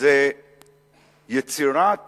זה יצירת